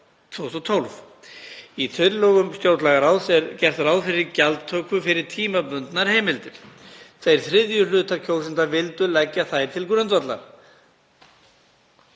Tveir þriðju hlutar kjósenda vildu leggja þær til grundvallar.